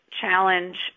challenge